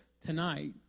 tonight